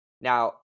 Now